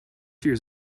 hears